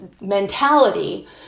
mentality